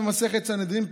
במסכת סנהדרין,